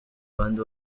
abandi